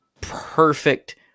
perfect